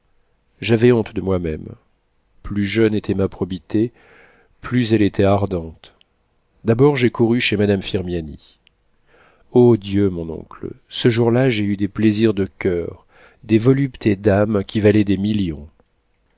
j'avais honte de moi-même plus jeune était ma probité plus elle était ardente d'abord j'ai couru chez madame firmiani o dieu mon oncle ce jour-là j'ai eu des plaisirs de coeur des voluptés d'âme qui valaient des millions